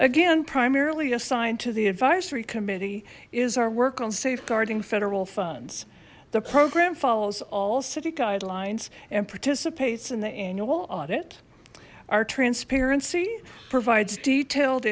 again primarily assigned to the advisory committee is our work on safeguarding federal funds the program follows all city guidelines and participates in the annual audit our our transparency provides detailed